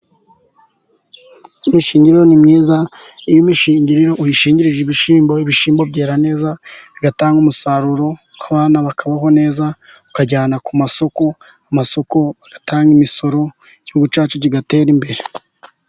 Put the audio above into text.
Imishingiriro ni myiza, iyo imimishingiriro uyishishingirije ibishyimbo, ibishyimbo byera neza, bigatanga umusaruro, abana bakabaho neza, ukajyana ku masoko, amasoko agatanga imisoro, igihugu cyacu kigatera imbere.